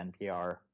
NPR